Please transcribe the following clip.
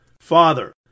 Father